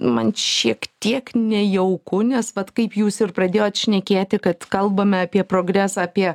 man šiek tiek nejauku nes vat kaip jūs ir pradėjot šnekėti kad kalbame apie progresą apie